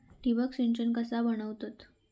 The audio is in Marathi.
ठिबक सिंचन कसा बनवतत?